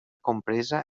compresa